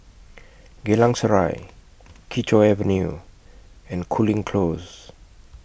Geylang Serai Kee Choe Avenue and Cooling Close